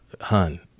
hun